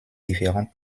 différentes